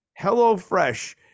HelloFresh